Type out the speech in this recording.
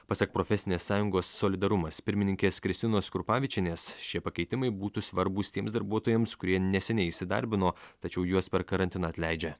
pasak profesinės sąjungos solidarumas pirmininkės kristinos kurpavičienės šie pakeitimai būtų svarbūs tiems darbuotojams kurie neseniai įsidarbino tačiau juos per karantiną atleidžia